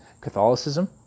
Catholicism